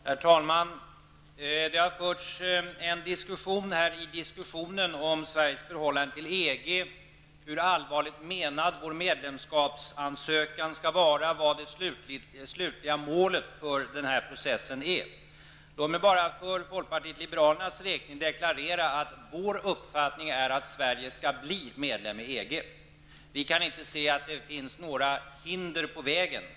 Herr talman! Det har här förts en diskussion i diskussionen om Sveriges förhållande till EG, om hur allvarligt menad vår medlemskapsansökan skall vara och om vad det slutliga målet för den här processen är. Låt mig bara för folkpartiet liberalernas räkning deklarera att vår uppfattning är att Sverige skall bli medlem i EG. Vi kan inte se att det finns några hinder på vägen.